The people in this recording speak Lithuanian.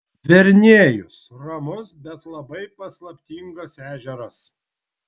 verniejus ramus bet labai paslaptingas ežeras